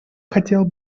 хотел